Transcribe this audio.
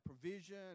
provision